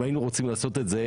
אם היינו רוצים לעשות את זה,